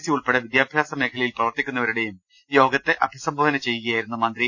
C ഉൾപ്പെടെ വിദ്യാഭ്യാസ മേഖലയിൽ പ്രവർത്തിക്കുന്നവരുടെയും യോഗത്തെ അഭിസംബോധന ചെയ്യുകയായിരുന്നു മന്ത്രി